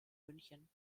münchen